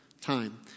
time